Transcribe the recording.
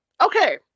Okay